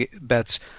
bets